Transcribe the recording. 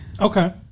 Okay